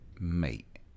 mate